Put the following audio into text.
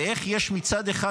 ואיך יש מצד אחד,